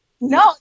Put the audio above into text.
No